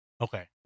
Okay